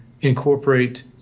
incorporate